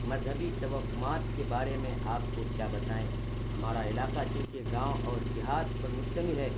مذہبی توہمات کے بارے میں آپ کو کیا بتائیں ہمارا علاقہ چونکہ گاؤں اور دیہات پر مشتمل ہے